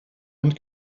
und